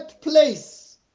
place